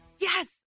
Yes